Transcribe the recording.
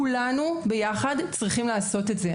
כולנו ביחד צריכים לעשות את זה.